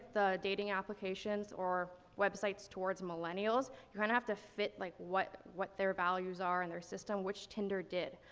the dating applications or websites towards millennials, you're gonna have to fit, like, what, what their values are in their system, which tinder did.